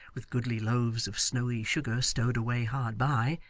with goodly loaves of snowy sugar stowed away hard by,